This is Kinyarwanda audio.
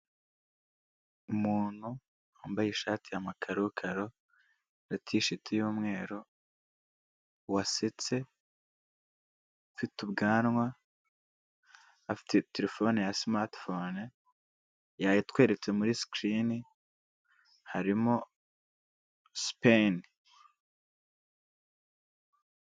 Umuntu wambaye ishati ya makarokaro, na tisheti y'umweru, wasetse, ufite ubwanwa, afite terefone ya simati fone, yayitweretse muri sikirini, harimo sipeni.